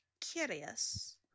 Curious